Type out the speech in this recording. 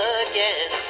again